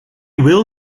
will